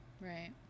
Right